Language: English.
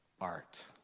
art